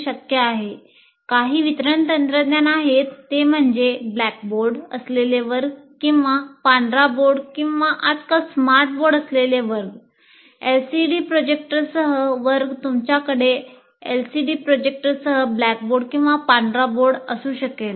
चला वितरण तंत्रज्ञान वर्ग तुमच्याकडे एलसीडी प्रोजेक्टरसह ब्लॅकबोर्ड किंवा पांढरा बोर्ड असू शकेल